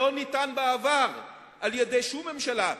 לאמהות עובדות שלא ניתן בעבר על-ידי שום ממשלה,